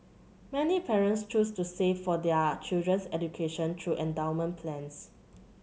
many parents choose to save for their children's education through endowment plans